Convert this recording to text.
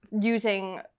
using